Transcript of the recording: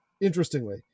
interestingly